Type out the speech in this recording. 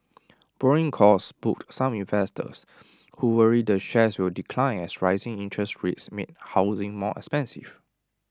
borrowing costs spooked some investors who worry the shares will decline as rising interest rates make housing more expensive